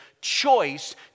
choice